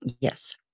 Yes